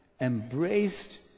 embraced